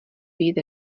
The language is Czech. být